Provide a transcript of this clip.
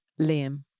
Liam